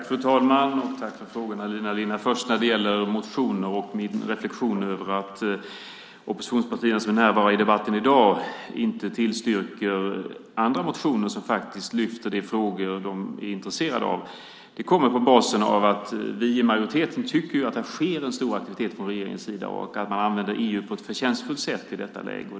Fru talman! Tack för frågan, Elina Linna! Min reflexion över att oppositionspartierna som närvarar i debatten i dag inte tillstyrker andra motioner som faktiskt lyfter de frågor som de är intresserade av kommer av att vi i majoriteten tycker att det sker en stor aktivitet från regeringens sida och att man använder EU på ett förtjänstfullt sätt i detta läge.